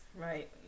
Right